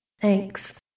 Thanks